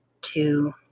two